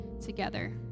together